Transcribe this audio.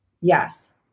Yes